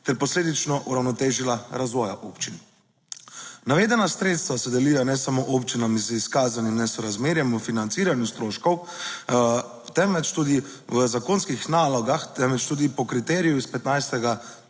ter posledično uravnotežila razvoja občin. Navedena sredstva se delijo ne samo občinam z izkazanim nesorazmerjem v financiranju stroškov, temveč tudi v zakonskih nalogah, temveč tudi po kriteriju iz 15.